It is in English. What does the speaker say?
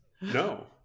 No